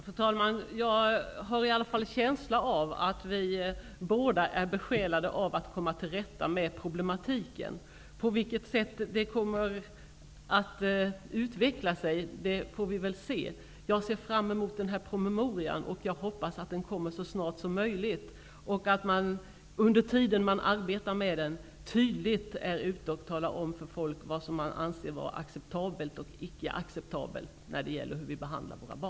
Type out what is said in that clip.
Fru talman! Jag har i alla fall en känsla av att vi båda är besjälade av att komma till rätta med problemen. Vi får väl se på vilket sätt det kommer att utveckla sig. Jag ser fram emot promemorian. Jag hoppas att den kommer så snart som möjligt och att man under tiden man arbetar med den, tydligt talar om för människor vad som anses vara acceptabelt och icke acceptabelt när det gäller hur vi behandlar våra barn.